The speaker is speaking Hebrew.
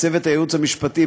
מצוות הייעוץ המשפטי,